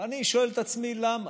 ואני שואל את עצמי: למה?